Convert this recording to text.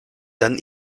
dann